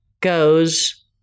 goes